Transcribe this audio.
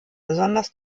besonders